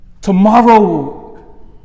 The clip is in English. Tomorrow